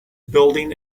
building